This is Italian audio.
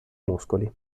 muscoli